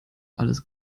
alles